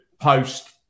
post